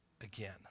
again